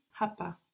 Hapa